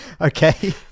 Okay